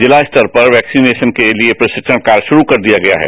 जिला स्तर पर वैक्सीनेशन के लिए प्रशिक्षण कार्य शुरू कर दिया गया है